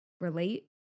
Relate